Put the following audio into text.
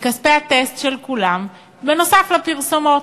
מכספי הטסט של כולם, נוסף על פרסומות.